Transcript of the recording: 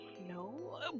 no